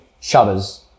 shutters